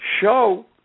show